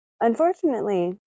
Unfortunately